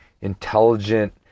intelligent